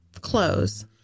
Close